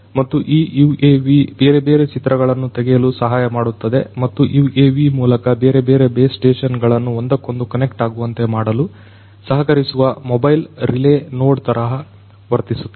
ಮತ್ತು ಈ UAV ಬೇರೆ ಬೇರೆ ಚಿತ್ರಗಳನ್ನು ತೆಗೆಯಲು ಸಹಾಯಮಾಡುತ್ತದೆ ಮತ್ತು UAV ಮೂಲಕ ಬೇರೆ ಬೇರೆ ಬೇಸ್ ಸ್ಟೇಷನ್ ಗಳನ್ನು ಒಂದಕ್ಕೊಂದು ಕನೆಕ್ಟ್ ಆಗುವಂತೆ ಮಾಡಲು ಸಹಕರಿಸುವ ಮೊಬೈಲ್ ರಿಲೇ ನೋಡ್ ತರಹ ವರ್ತಿಸುತ್ತದೆ